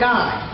God